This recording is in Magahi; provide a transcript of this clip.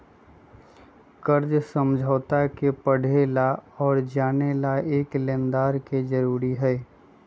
कर्ज समझौता के पढ़े ला और जाने ला एक लेनदार के जरूरी हई